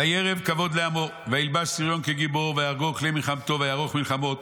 וירב כבוד לעמו וילבש שריון כגיבור ויחגור כלי מלחמתו ויערוך מלחמות